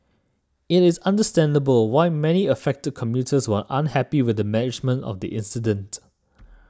it is understandable why many affected commuters were unhappy with the management of the incident